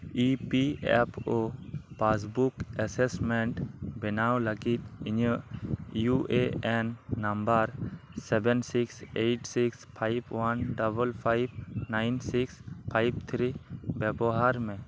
E P F O passbook assessment ᱵᱮᱱᱟᱣ ᱞᱟᱜᱤᱫ ᱤᱧᱟᱹᱜ U A N number seven six eight six five one double five nine six five three ᱵᱮᱵᱚᱦᱟᱨ ᱢᱮ